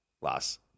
Las